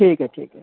ٹھیک ہے ٹھیک ہے